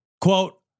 Quote